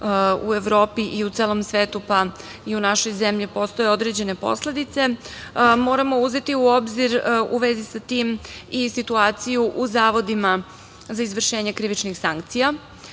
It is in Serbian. u Evropi i u celom svetu pa i u našoj zemlji postoje određene posledice, moramo uzeti u obzir u vezi sa tim i situaciju u Zavodima za izvršenje krivičnih sankcija.